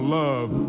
love